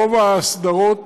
רוב ההסדרות